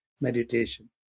meditation